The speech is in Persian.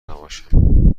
نباشم